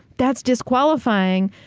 that's disqualifying.